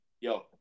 Yo